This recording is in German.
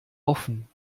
offen